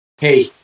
Hey